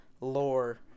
lore